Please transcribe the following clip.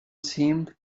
seemed